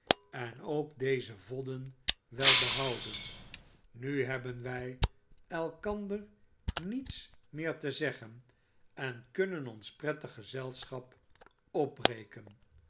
en ook deze vodden wel behouden nu hebben wij elkander niets meer te zeggen en kunnen ons pret ig gezelschap opbreken